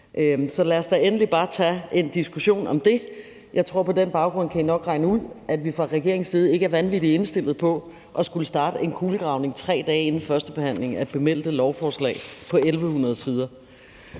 Så lad os da endelig bare tage en diskussion af det. På den baggrund kan I nok regne ud, at vi fra regeringens side ikke er vanvittig meget indstillet på at skulle starte en kulegravning 3 dage inden førstebehandlingen af bemeldte lovforslag på 1.100 sider.